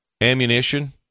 ammunition